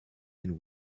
and